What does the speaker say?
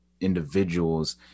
individuals